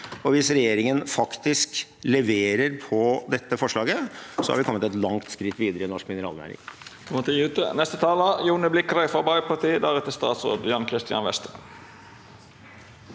Hvis regjeringen faktisk leverer på dette forslaget, har vi kommet et langt skritt videre i norsk mineralnæring.